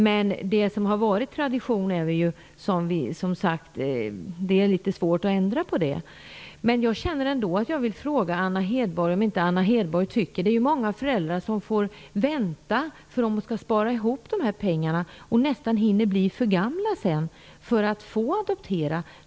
Men det har har ju varit en tradition, och det är väldigt svårt att ändra på en sådan. Det är många föräldrar som inte har de ekonomiska resurserna som får vänta för att kunna spara ihop pengarna, och de hinner nästan bli för gamla för att få adoptera.